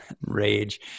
rage